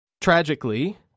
Tragically